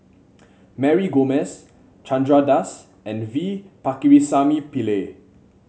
Mary Gomes Chandra Das and V Pakirisamy Pillai